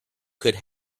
could